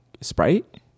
Sprite